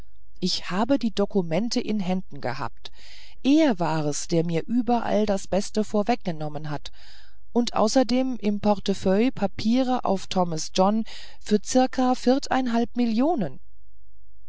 ich habe die dokumente in händen gehabt er war's der mir überall das beste vorweg genommen hat und außerdem im portefeuille papiere auf thomas john für circa viertehalb millionen